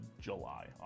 july